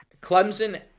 Clemson